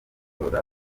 amatora